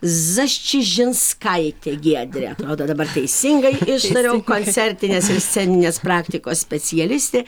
zasčižinskaitė giedrė atrodo dabar teisingai ištariau koncertinės ir sceninės praktikos specialistė